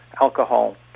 alcohol